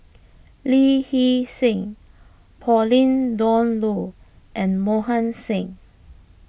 Lee Hee Seng Pauline Dawn Loh and Mohan Singh